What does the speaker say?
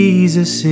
Jesus